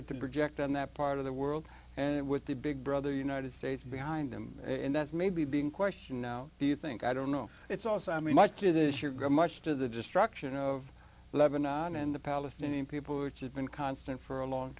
wanted to project in that part of the world and with the big brother united states behind them and that's maybe being questioned now do you think i don't know it's also i mean much of this year go much to the destruction of lebanon and the palestinian people which have been constant for a long